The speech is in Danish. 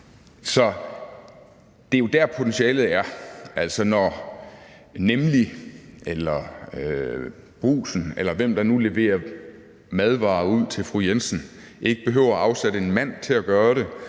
Så det er jo der, potentialet er. Altså, når Nemlig eller Brugsen, eller hvem der nu leverer madvarer ud til fru Jensen, ikke behøver at afsætte en mand til at gøre det,